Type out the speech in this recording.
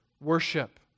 worship